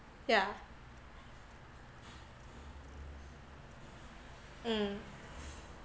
yeah mm